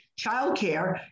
childcare